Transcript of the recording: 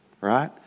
Right